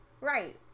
Right